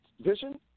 vision